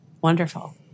wonderful